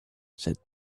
said